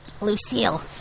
Lucille